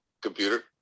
computer